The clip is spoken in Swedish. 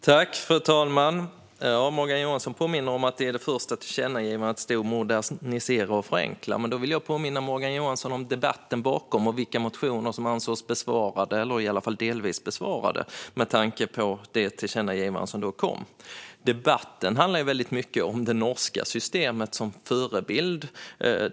Fru talman! Morgan Johansson påminner om att det i det första tillkännagivandet stod om att modernisera och förenkla, men då vill jag påminna Morgan Johansson om debatten bakom och vilka motioner som ansågs i alla fall delvis besvarade i det tillkännagivande som kom. Debatten handlade mycket om det norska systemet som förebild.